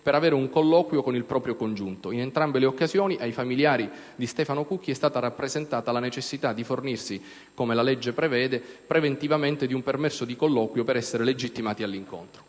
per avere un colloquio con il proprio congiunto. In entrambe le occasioni ai familiari di Stefano Cucchi è stata rappresentata la necessità di fornirsi preventivamente, come la legge prevede, di un permesso di colloquio per essere legittimati all'incontro.